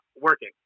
working